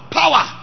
power